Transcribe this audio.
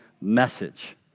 message